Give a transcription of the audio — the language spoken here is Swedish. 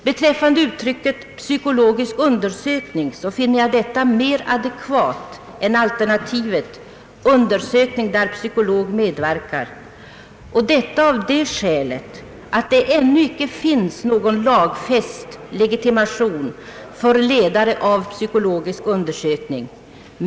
Jag finner uttrycket »psykologisk undersökning» mer adekvat än alternativet »undersökning där psykolog medverkar». Jag gör detta av det skälet att det ännu icke finns någon lagfäst legitimation för ledare av psykologisk undersökning.